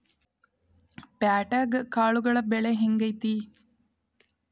ಪ್ಯಾಟ್ಯಾಗ್ ಕಾಳುಗಳ ಬೆಲೆ ಹೆಂಗ್ ಐತಿ?